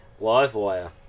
Livewire